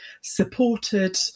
supported